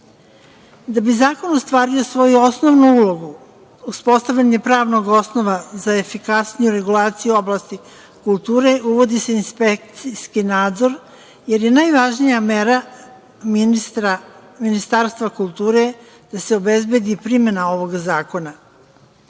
bi zakon ostvario svoju osnovnu ulogu uspostavljanje pravnog osnova za efikasniju regulaciju oblasti kulture uvodi se inspekcijski nadzor, jer je najvažnija mera Ministarstva kulture da se obezbedi primena ovog zakona. Hvala